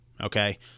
Okay